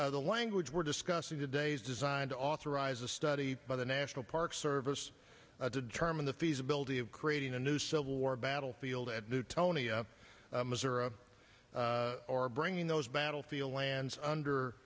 floor the language we're discussing today is designed to authorize a study by the national park service to determine the feasibility of creating a new civil war battlefield at newtonian missouri or bringing those battlefield lands under